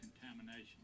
contamination